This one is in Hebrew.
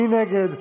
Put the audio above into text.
מי נגד?